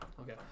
Okay